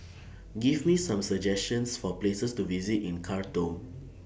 Give Me Some suggestions For Places to visit in Khartoum